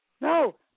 No